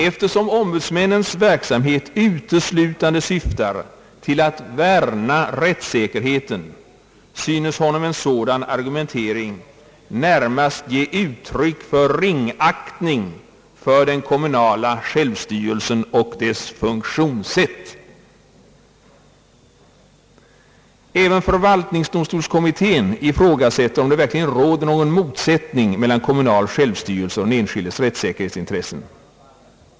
Eftersom ombudsmännens verksamhet uteslutande syftar till att värna rättssäkerheten synes honom en sådan argumentering närmast ge uttryck för ringaktning för den kommunala självstyrelsen och dess funktionssätt. Även förvaltningsdomstolskommittén ifrågasätter om det verkligen råder någon motsättning mellan kommunal självstyrelse och den enskildes rättssäkerhetsintressen.